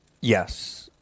Yes